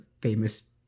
famous